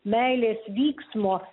meilės vyksmo